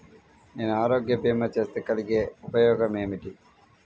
నేను ఆరోగ్య భీమా చేస్తే కలిగే ఉపయోగమేమిటీ?